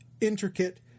intricate